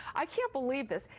i can't believe this.